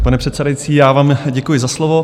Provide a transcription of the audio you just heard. Pane předsedající, já vám děkuji za slovo.